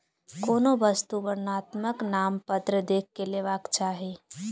कोनो वस्तु वर्णनात्मक नामपत्र देख के लेबाक चाही